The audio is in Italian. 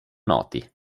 noti